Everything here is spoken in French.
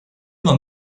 dans